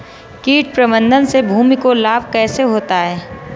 कीट प्रबंधन से भूमि को लाभ कैसे होता है?